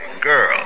girl